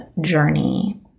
journey